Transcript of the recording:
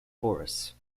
forests